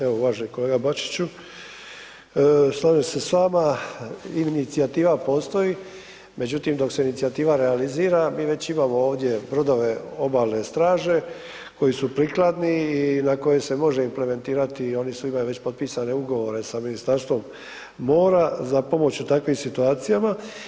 Evo uvaženi kolega Bačiću, slažem se s vama, inicijativa postoji, međutim dok se inicijativa realizira mi već imamo ovdje brodove obalne straže koji su prikladni i na koje se može implementirati i oni su, imaju već potpisane ugovore sa Ministarstvom mora za pomoć u takvim situacijama.